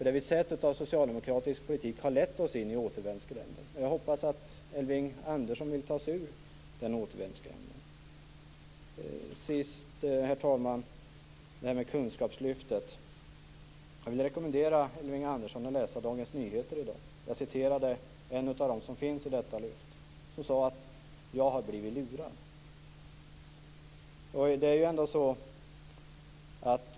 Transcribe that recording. Det vi har sett av socialdemokratisk politik har lett oss in i en återvändsgränd. Jag hoppas att Elving Andersson vill ta sig ur den återvändsgränden. Till sist, herr talman, frågan om kunskapslyftet. Jag vill rekommendera Elving Andersson att läsa Dagens Nyheter i dag. Jag citerade en av dem som finns i detta lyft som sade: Jag har blivit lurad.